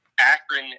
Akron